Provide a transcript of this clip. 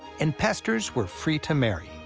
and pastors were free to marry.